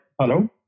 Hello